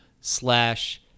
slash